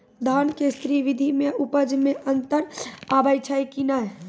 धान के स्री विधि मे उपज मे अन्तर आबै छै कि नैय?